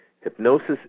Hypnosis